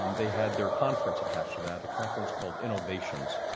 um they had their conference attached to that, a conference called innovations.